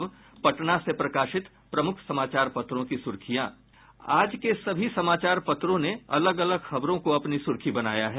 अब पटना से प्रकाशित प्रमुख समाचार पत्रों की सुर्खियां आज के सभी समाचार पत्रों ने अलग अलग खबरों को अपनी सुर्खी बनाया है